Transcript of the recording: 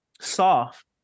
soft